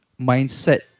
mindset